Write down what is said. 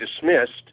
dismissed